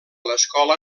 l’escola